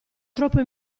troppo